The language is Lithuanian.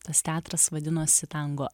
tas teatras vadinosi tango